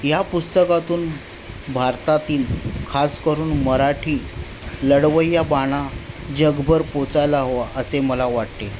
या पुस्तकातून भारतातील खास करून मराठी लढवय्या बाणा जगभर पोचायला हवा असे मला वाटते